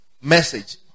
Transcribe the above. message